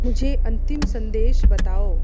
मुझे अंतिम संदेश बताओ